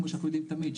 כמו שאנחנו יודעים תמיד,